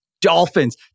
Dolphins